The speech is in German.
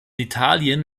italien